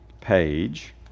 page